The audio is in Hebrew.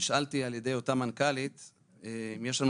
נשאלתי על ידי אותה מנכ"לית אם יש לנו